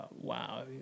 wow